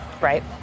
Right